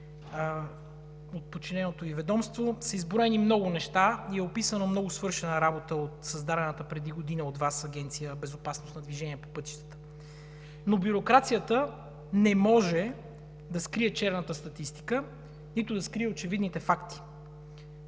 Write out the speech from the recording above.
от подчиненото Ви ведомство, са изброени много неща и е описана много свършена работа от създадената преди година от Вас Агенция „Безопасност на движението по пътищата“, но бюрокрацията не може да скрие черната статистика, нито да скрие очевидните факти.